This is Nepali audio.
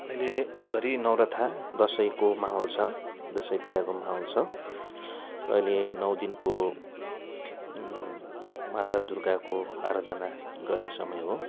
अहिलेघरि नौरथा दसैँको माहौल छ दसैँ तिहारको माहौल छ र अहिले नौ दिनको माता दुर्गाको आराधना गर्ने समय हो